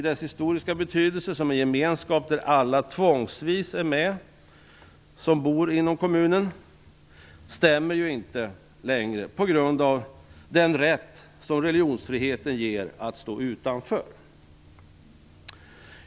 Den historiska betydelsen av begreppet kommun som en gemenskap där alla som bor inom kommunen tvångsvis är med stämmer ju inte längre på grund av den rätt som religionsfriheten ger att stå utanför.